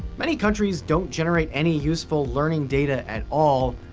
many countries don't generate any useful learning data at all,